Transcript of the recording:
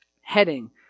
heading